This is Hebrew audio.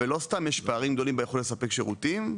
לא סתם יש פערים גדולים ביכולת לספק שירותים,